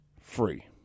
free